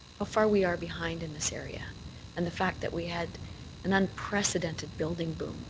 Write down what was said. far we are behind in this area and the fact that we had an unprecedented building boom,